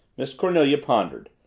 miss cornelia pondered.